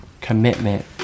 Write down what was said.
commitment